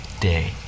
day